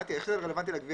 נתי, איך זה רלוונטי לגבייה?